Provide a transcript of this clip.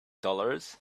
dollars